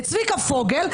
את צביקה פוגל,